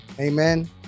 Amen